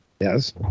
Yes